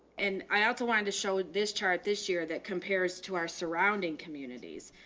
and i also wanted to show this chart this year that compares to our surrounding communities.